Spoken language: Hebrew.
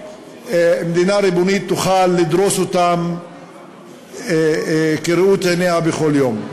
ומדינה ריבונית לא תוכל לדרוס אותם כראות עיניה בכל יום.